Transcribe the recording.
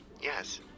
Yes